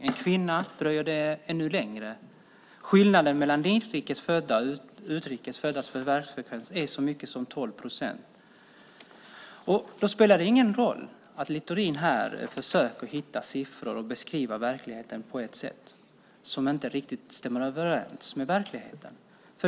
För en kvinna dröjer det ännu längre. Skillnaden mellan inrikes föddas och utrikes föddas förvärvsfrekvens är så stor som 12 procent. Då spelar det ingen roll att Littorin här försöker hitta siffror och beskriva det hela på ett sätt som inte riktigt stämmer överens med verkligheten.